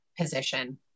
position